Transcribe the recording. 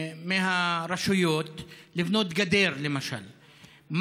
כדין מהרשויות לבנות גדר, למשל.